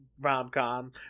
rom-com